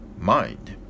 mind